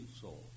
soul